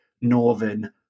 northern